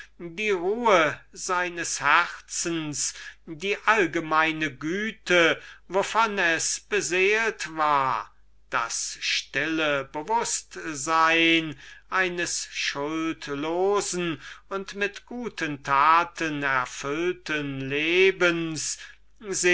die ruhe seines herzens die allgemeine güte wovon es beseelt ist das stille bewußtsein eines unschuldigen und mit guten taten erfüllten